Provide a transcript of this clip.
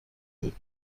بود